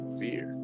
fear